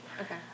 Okay